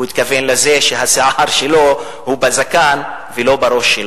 הוא התכוון לזה שהשיער שלו הוא בזקן ולא בראש.